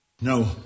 No